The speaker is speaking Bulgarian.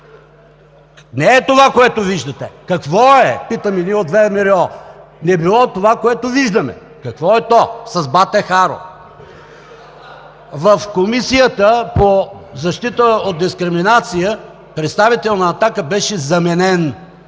Не е това, което виждате. Какво е – питаме Ви от ВМРО? Не било това, което виждаме! Какво е то с Бате Харо? (Шум и реплики.) В Комисията за защита от дискриминация представител на „Атака“ беше заменен